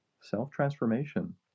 self-transformation